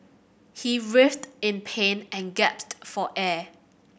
he writhed in pain and gasped for air